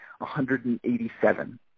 187